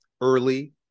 early